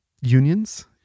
unions